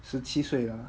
十七岁 lah